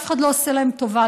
אף אחד לא עושה להם טובה,